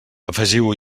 afegiu